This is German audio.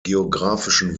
geografischen